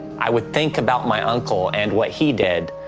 i would think about my uncle and what he did,